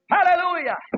Hallelujah